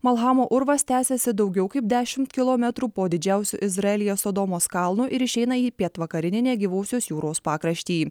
malhamo urvas tęsiasi daugiau kaip dešimt kilometrų po didžiausiu izraelyje sodomos kalnu ir išeina į pietvakarinį negyvosios jūros pakraštį